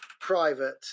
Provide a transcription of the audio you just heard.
private